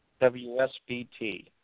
WSBT